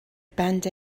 band